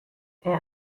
est